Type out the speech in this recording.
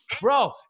Bro